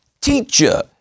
Teacher